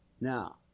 Now